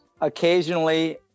occasionally